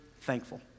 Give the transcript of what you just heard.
thankful